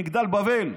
מגדל בבל.